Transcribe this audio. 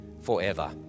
forever